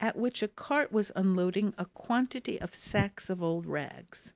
at which a cart was unloading a quantity of sacks of old rags.